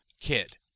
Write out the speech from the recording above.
kid